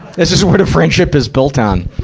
this is what a friendship is built on.